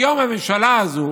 היום הממשלה הזו